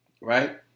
right